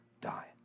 die